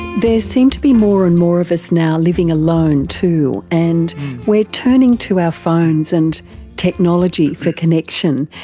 there seems to be more and more of us now living alone too, and we are turning to our phones and technology for connection.